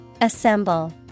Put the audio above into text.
Assemble